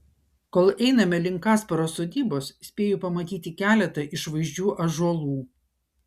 kol einame link kasparo sodybos spėju pamatyti keletą išvaizdžių ąžuolų